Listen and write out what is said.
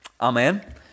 Amen